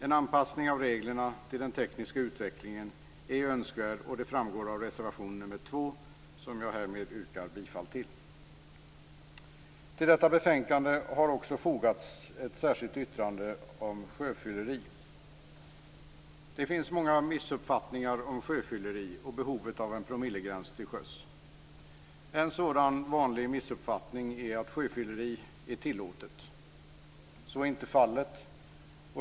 En anpassning av reglerna till den tekniska utvecklingen är önskvärd. Det framgår av reservation nr 2, som jag härmed yrkar bifall till. Till detta betänkande har också fogats ett särskilt yttrande om sjöfylleri. Det finns många missuppfattningar om sjöfylleri och behovet av en promillegräns till sjöss. En sådan vanlig missuppfattning är att sjöfylleri är tillåtet. Så är inte fallet.